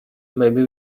maybe